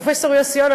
פרופסור יוסי יונה,